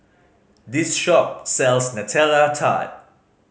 this shop sells Nutella Tart